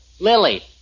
Lily